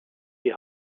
die